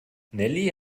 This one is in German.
nelly